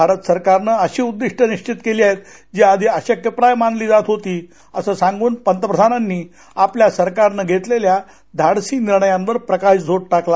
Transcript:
भारत सरकारनं अशी उद्दिष्ट निश्वित केली आहेत जी आधी अशक्यप्राय मानली जात होती असं सांगून पंतप्रधानांनी आपल्या सरकारनं घेतलेल्या धाडसी निर्णयांवर प्रकाशझोत टाकला